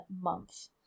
month